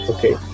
Okay